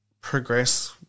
progress